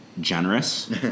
generous